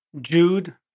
Jude